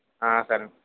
సరేనండి